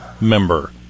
member